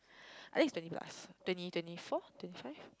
I think it's twenty plus twenty twenty four twenty five